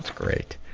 great.